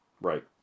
Right